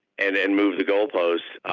and it and moves the goalposts,